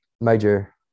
Major